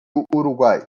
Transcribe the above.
uruguai